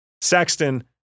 Sexton